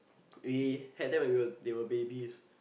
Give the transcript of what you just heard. we had them when we were when they were babies